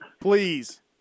Please